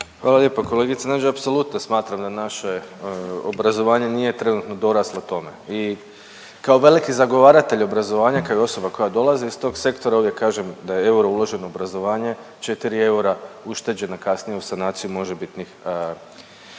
Hvala lijepo kolegice Nađ. Apsolutno smatram da naše obrazovanje nije trenutno doraslo tome i kao veliki zagovaratelj obrazovanja i kao osoba koja i dolazi iz tog sektora uvijek kažem da je euro uloženo u obrazovanje 4 eura ušteđeno kasnije u sanaciju možebitnih,